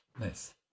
Nice